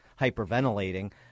hyperventilating